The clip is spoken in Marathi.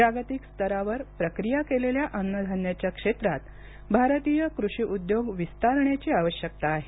जागतिक स्तरावर प्रक्रिया केलेल्या अन्नधान्याच्या क्षेत्रात भारतीय कृषीउद्योग विस्तारण्याची आवश्यकता आहे